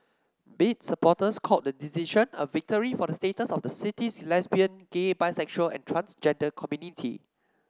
bid supporters called the decision a victory for the status of the city's lesbian gay bisexual and transgender community